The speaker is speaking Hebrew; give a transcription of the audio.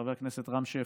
חבר הכנסת רם שפע,